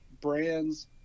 brands